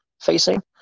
facing